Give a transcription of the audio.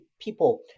people